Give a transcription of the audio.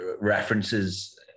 references